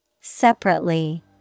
Separately